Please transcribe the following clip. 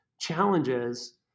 challenges